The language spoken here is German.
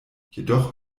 jedoch